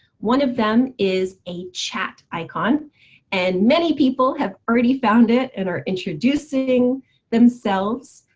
one of them is a chat icon and many people have already found it and are introducing themselves.